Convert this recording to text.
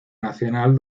nacional